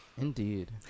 Indeed